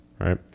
right